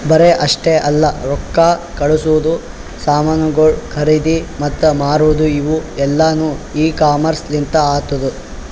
ಬರೇ ಅಷ್ಟೆ ಅಲ್ಲಾ ರೊಕ್ಕಾ ಕಳಸದು, ಸಾಮನುಗೊಳ್ ಖರದಿ ಮತ್ತ ಮಾರದು ಇವು ಎಲ್ಲಾನು ಇ ಕಾಮರ್ಸ್ ಲಿಂತ್ ಆತ್ತುದ